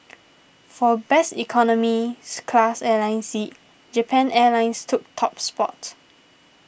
for best economies class airline seat Japan Airlines took top spot